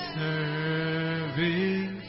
serving